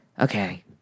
Okay